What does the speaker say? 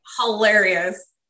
hilarious